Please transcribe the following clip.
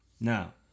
Now